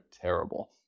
terrible